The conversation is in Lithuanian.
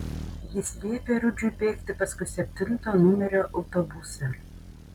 jis liepė rudžiui bėgti paskui septinto numerio autobusą